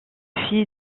filles